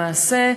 למעשה,